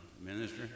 minister